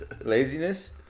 Laziness